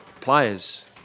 players